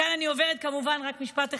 מכאן אני עוברת, רק במשפט אחד,